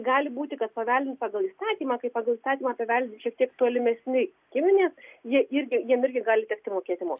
gali būti kad paveldint pagal įstatymą kai pagal įstatymą paveldi šiek tiek tolimesni giminės jie irgi jiem irgi gali tekti mokėti mokesčius